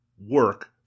work